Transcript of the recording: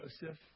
Joseph